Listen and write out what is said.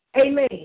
Amen